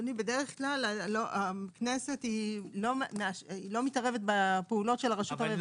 בדרך כלל הכנסת לא מתערבת בפעולות הרשות המבצעת.